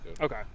Okay